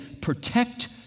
protect